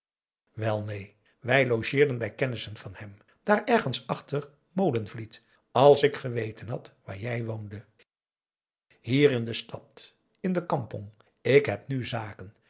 wel neen wij logeeren bij kennissen van hem daar ergens achter molenvliet als ik geweten had waar jij woonde hier in de stad in de kampong ik heb nu zaken